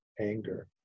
anger